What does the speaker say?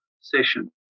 session